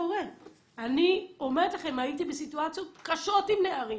אני אומרת לכם, הייתי בסיטואציות קשות עם נערים.